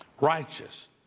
righteous